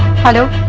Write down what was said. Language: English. hello.